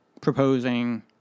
proposing